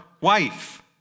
wife